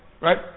Right